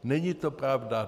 Není to pravda.